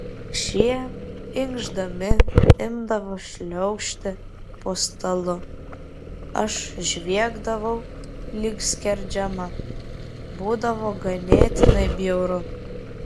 šie inkšdami imdavo šliaužti po stalu aš žviegdavau lyg skerdžiama būdavo ganėtinai bjauru